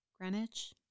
Greenwich